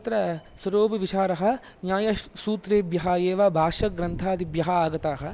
अत्र स्वरूपविचारः न्यायसूत्रेभ्यः एव भाष्यग्रन्थादिभ्यः आगताः